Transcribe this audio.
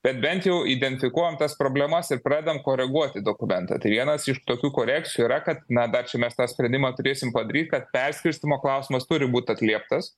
bet bent jau identifikuojam tas problemas ir pradedam koreguoti dokumentą tai vienas iš tokių korekcijų yra kad na dar čia mes tą sprendimą turėsim padaryt kad perskirstymo klausimas turi būt atlieptas